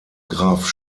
graf